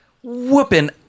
whooping